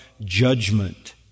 judgment